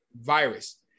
virus